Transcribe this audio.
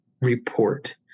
report